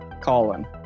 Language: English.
Colin